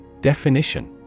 Definition